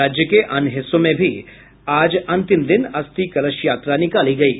राज्य के अन्य हिस्सों में भी आज अंतिम दिन अस्थि कलश यात्रा निकाली गयी